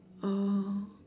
uh